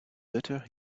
butter